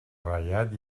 ratllat